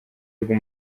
rwe